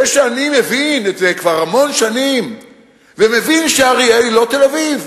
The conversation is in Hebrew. זה שאני מבין את זה כבר המון שנים ומבין שאריאל היא לא תל-אביב,